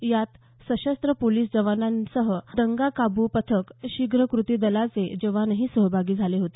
यात सशस्त्र पोलिस जवानांसह दंगाकाबू पथक शीघ्र कृती दलाचे जवानही सहभागी झाले होते